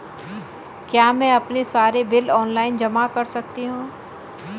क्या मैं अपने सारे बिल ऑनलाइन जमा कर सकती हूँ?